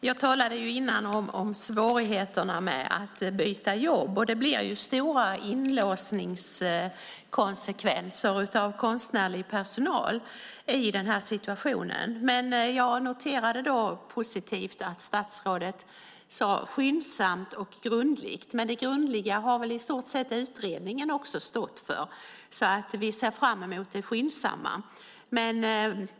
Herr talman! Jag talade innan om svårigheterna att byta jobb. Det blir stora inlåsningskonsekvenser av konstnärlig personal i denna situation. Jag noterade dock positivt att statsrådet sade "skyndsamt" och "grundligt". Det grundliga har väl utredningen stått för, så vi ser fram emot det skyndsamma.